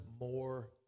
more